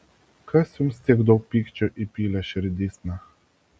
kas jums tiek daug pykčio įpylė širdysna